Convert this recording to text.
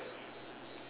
ya correct